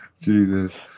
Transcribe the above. Jesus